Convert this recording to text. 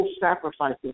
sacrifices